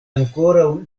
ankoraŭ